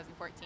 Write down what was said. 2014